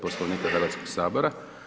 Poslovnika Hrvatskog sabora.